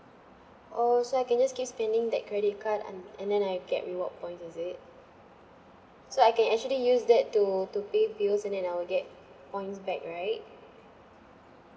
oh so I can just keep spending that credit card and and then I'll get reward points is it so I can actually use that to to pay bills and then I'll get points back right